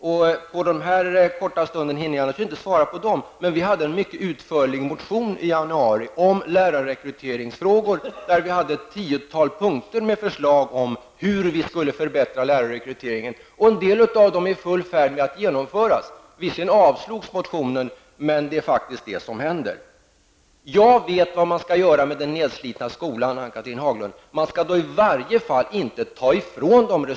På den korta stund jag har till förfogande hinner jag naturligtvis inte svara på dem, men vi skrev en utförlig motion i januari om lärarrekryteringsfrågor, där vi på ett tiotal punkter hade förslag om hur vi skulle kunna förbättra lärarrekryteringen. En del av dem är man nu i full färd med att genomföra. Visserligen avslogs motionerna, men det är faktiskt vad som nu händer. Jag vet vad man skall göra med den nedslitna skolan, Ann-Cathrine Haglund. Man skall i varje fall inte ta resurser från den.